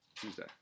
Tuesday